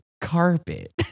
carpet